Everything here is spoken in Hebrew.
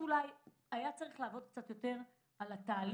היה צריך לעבוד קצת יותר על התהליך.